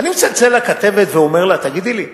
אני מצלצל לכתבת ואומר לה: תגידי לי,